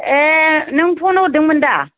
ए नों फन हरदोंमोन दा